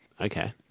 Okay